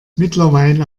mittlerweile